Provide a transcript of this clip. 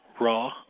raw